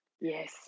Yes